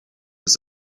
was